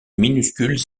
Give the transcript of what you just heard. minuscules